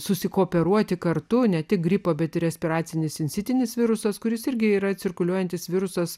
susikooperuoti kartu ne tik gripo bet respiracinis sincitinis virusas kuris irgi yra cirkuliuojantis virusas